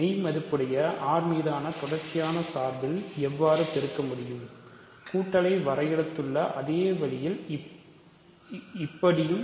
மெய் மதிப்புடைய R ன் மீதான தொடர்ச்சியான சார்பில் எவ்வாறு பெருக்க முடியும் கூட்டலை வரையறுத்துள்ள அதே வழியில் இப்படியும்